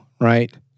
right